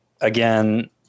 again